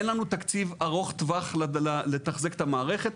אין לנו תקציב ארוך טווח לתחזק את המערכת.